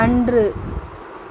அன்று